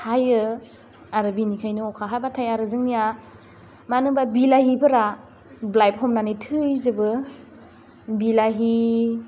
हायो आरो बिनिखायनो अखा हाबाथाइ आरो जोंनिया मानो होनबा बिलाहिफोरा ब्लाइद हमनानै थैजोबो बिलाहि